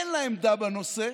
אין לה עמדה בנושא.